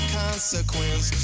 consequence